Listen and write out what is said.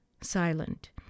silent